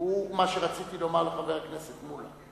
הוא מה שרציתי לומר לחבר הכנסת מולה.